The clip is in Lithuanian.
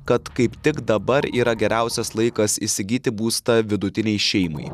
kad kaip tik dabar yra geriausias laikas įsigyti būstą vidutinei šeimai